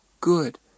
good